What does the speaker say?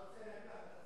מה זה, אתה רוצה?